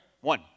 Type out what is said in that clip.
one